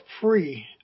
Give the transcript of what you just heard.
free